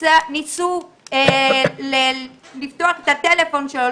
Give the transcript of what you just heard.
ניסו לפתוח את הטלפון שלו,